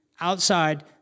outside